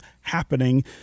happening